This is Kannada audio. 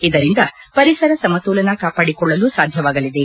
ಇದರಿಂದ ಪರಿಸರ ಸಮತೋಲನ ಕಾಪಾಡಿಕೊಳ್ಳಲು ಸಾಧ್ಯವಾಗಲಿದೆ